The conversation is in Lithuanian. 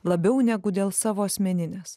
labiau negu dėl savo asmeninės